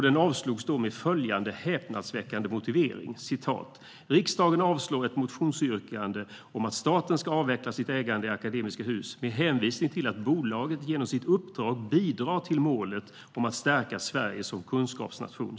Den avslogs då med följande häpnadsväckande motivering: "Riksdagen avslår ett motionsyrkande om att staten ska avveckla sitt ägande i Akademiska Hus med hänvisning till att bolaget genom sitt uppdrag bidrar till målet om att stärka Sverige som kunskapsnation."